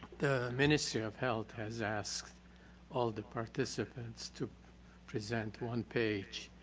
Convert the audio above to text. the minister of health has asked all the participants to present one page,